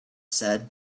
said